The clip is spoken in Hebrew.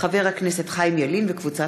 חברת הכנסת יעל גרמן,